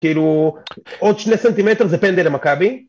כאילו עוד שני סנטימטרים זה פנדל למכבי.